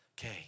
Okay